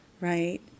right